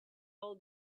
all